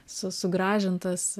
su sugražintas